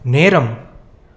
நேரம்